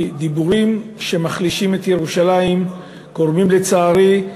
כי דיבורים שמחלישים את ירושלים גורמים, לצערי,